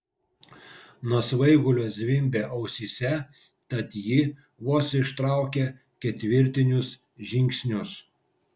nuo svaigulio zvimbė ausyse tad ji vos ištraukė ketvirtinius žingsnius